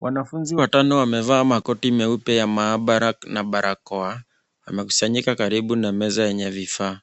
Wanafunzi watano wamevaa makoti meupe ya mahabara na barakoa, wamekusanyika karibu na meza yenye vifaa.